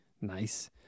Nice